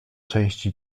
części